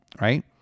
right